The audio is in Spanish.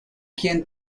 quien